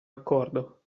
accordo